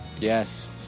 Yes